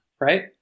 right